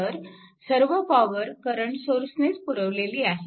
तर सर्व power current सोर्सनेच पुरविलेली आहे